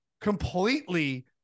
completely